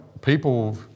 people